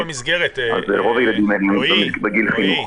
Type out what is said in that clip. רוב הילדים האלה בגיל חינוך.